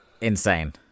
insane